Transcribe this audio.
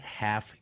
half